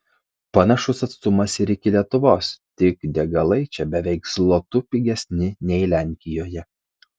panašus atstumas ir iki lietuvos tik degalai čia beveik zlotu pigesni nei lenkijoje